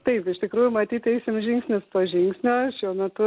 taip iš tikrųjų matyt eisim žingsnis po žingsnio šiuo metu